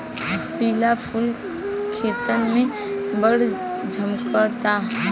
पिला फूल खेतन में बड़ झम्कता